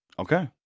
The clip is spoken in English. Okay